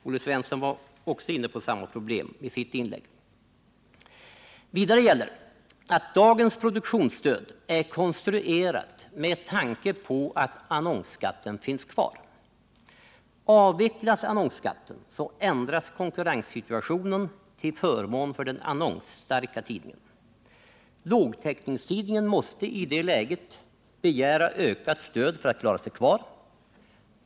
Olle Svensson var inne på samma problem i sitt inlägg. Vidare gäller att dagens produktionsstöd är konstruerat med tanke på att annonsskatten finns kvar. Avvecklas annonsskatten så ändras konkurrenssituationen till förmån för den annonsstarka tidningen. Lågtäckningstidningen måste i det läget begära ökat stöd för att klara sig kvar.